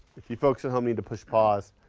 if you folks at home need to push pause,